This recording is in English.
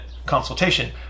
consultation